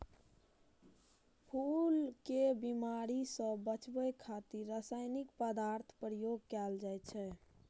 फूल कें बीमारी सं बचाबै खातिर रासायनिक पदार्थक प्रयोग कैल जाइ छै